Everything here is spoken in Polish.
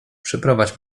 przyprowadź